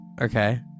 okay